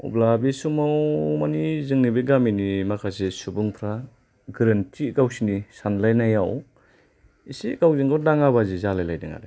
अब्ला बे समाव मानि जोंनि बे जोंनि माखासे सुबुंफ्रा गोरोन्थि गावसिनि सानलायनायाव एसे गावजोंगाव दाङाबाजि जालायलांदों आरो